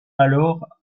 alors